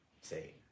say